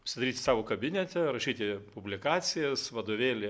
užsidaryt savo kabinete rašyti publikacijas vadovėlį